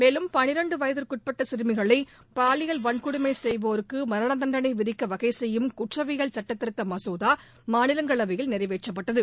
மேலும் பனிரெண்டு வயதிற்குட்பட்ட சிறுமிகளை பாலியல் வன்கொடுமை செய்வோருக்கு மரண தண்டனை விதிக்க வகைசெய்யும் குற்றவியல் சட்டதிருத்த மசோதா மாநிலங்களவையில் நிறைவேற்றப்பட்டது